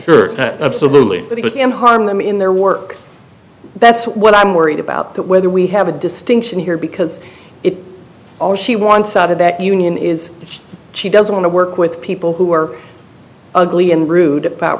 way absolutely but can harm them in their work that's what i'm worried about that whether we have a distinction here because it's all she wants out of that union is she doesn't want to work with people who are ugly and rude about